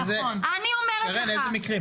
שרן, איזה מקרים?